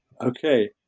Okay